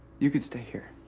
you can stay here.